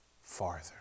farther